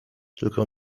tylko